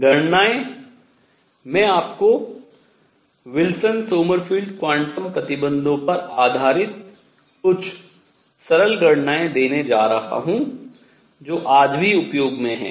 गणनाएं मैं आपको विल्सन सोमरफेल्ड क्वांटम प्रतिबंधों पर आधारित कुछ सरल गणनाएँ देने जा रहा हूँ जो आज भी उपयोग में हैं